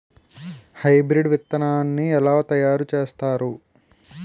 Hybrid విత్తనాన్ని ఏలా తయారు చేస్తారు?